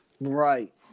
right